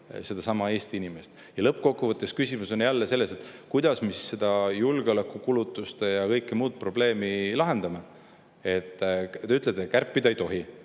sedasama Eesti inimest. Ja lõppkokkuvõttes on küsimus jälle selles, et kuidas me seda julgeolekukulutuste ja kõige muu probleemi lahendame. Te ütlete, et kärpida ei tohi,